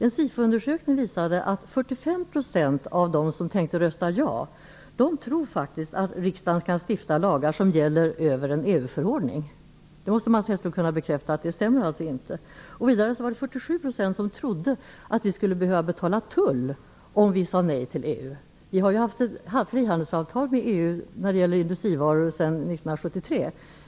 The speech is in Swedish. En SIFO-undersökning visade att 45 % av dem som tänkte rösta ja trodde att riksdagen kan stifta lagar som gäller över en EU-förordning. Mats Hellström måste kunna bekräfta att det inte stämmer. 47 % trodde att vi skulle behöva betala tull om vi sade nej till EU. Vi har haft ett frihandelsavtal med EU när det gäller industrivaror sedan 1973.